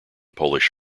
polish